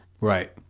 Right